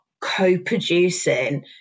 co-producing